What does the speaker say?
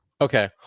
Okay